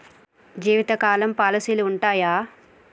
జీవితకాలం పాలసీలు ఉంటయా?